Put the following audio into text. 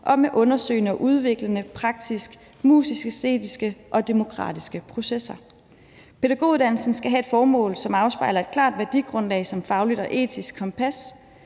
og med undersøgende og udviklende praktiske, musisk-æstetiske og demokratiske processer. Pædagoguddannelsen skal have et formål, som afspejler et klart værdigrundlag som fagligt og etisk kompas